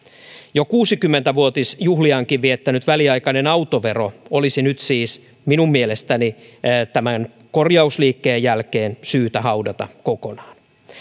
jo kuusikymmentä vuotisjuhliaankin viettänyt väliaikainen autovero olisi nyt siis minun mielestäni tämän korjausliikkeen jälkeen syytä haudata kokonaan